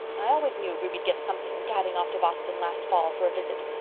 i always knew ruby'd get something, gadding off to boston last fall for a visit.